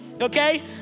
okay